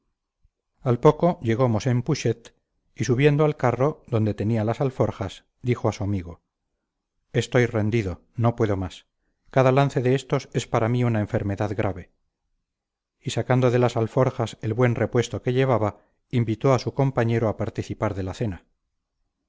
al poco llegó mosén putxet y subiendo al carro donde tenía las alforjas dijo a su amigo estoy rendido no puedo más cada lance de estos es para mí una enfermedad grave y sacando de las alforjas el buen repuesto que llevaba invitó a su compañero a participar de la cena